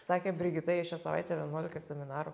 sakė brigita jai šią savaitę vienuolika seminarų